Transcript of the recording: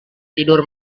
tidur